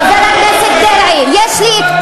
חברת הכנסת זועבי, שימי לב,